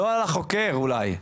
לא על החוקר אולי,